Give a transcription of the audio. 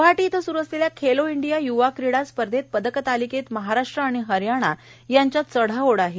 गुवाहाटी इथं सुरु असलेल्या खेलो इंडिया युवा क्रीडा स्पर्धेत पदक तालिकेत महाराष्ट्र आणि हरयाणा यांच्यात चढाओढ आहे